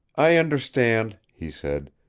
i understand, he said,